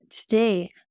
today